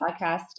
podcast